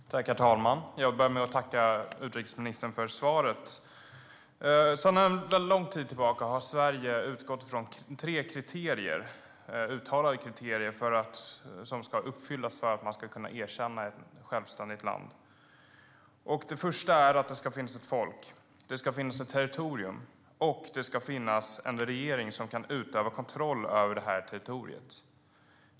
STYLEREF Kantrubrik \* MERGEFORMAT Svar på interpellationerSedan lång tid tillbaka har Sverige utgått från tre uttalade kriterier som ska uppfyllas för att man ska kunna erkänna ett självständigt land: Det ska finnas ett folk, det ska finnas ett territorium och det ska finnas en regering som kan utöva kontroll över territoriet.